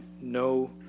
no